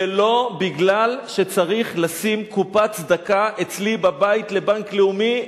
ולא בגלל שצריך לשים קופת צדקה אצלי בבית לבנק לאומי,